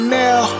now